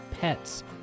pets